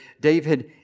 David